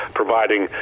providing